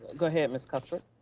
go ahead ms. cuthbert.